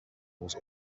was